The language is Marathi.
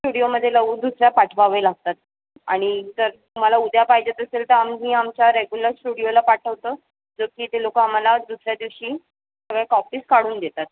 स्टुडिओमध्ये लव दुसऱ्या पाठवावे लागतात आणि जर तुम्हाला उद्या पाहिजेच असेल तर आम्ही आमच्या रेगुलर स्टुडिओला पाठवतो जो की ते लोकं आम्हाला दुसऱ्या दिवशी सगळ्या कॉपीज काढून देतात